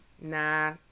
Nah